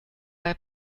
bei